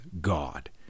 God